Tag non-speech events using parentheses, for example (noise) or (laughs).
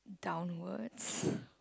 downwards (laughs)